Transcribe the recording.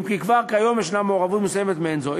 אם כי כבר כיום יש מעורבות מסוימת מעין זו.